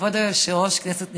כבוד היושב-ראש, כנסת נכבדה,